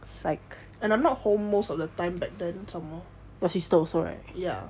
and I'm not home most of the time back then some more